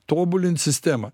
tobulint sistemą